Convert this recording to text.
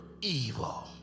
evil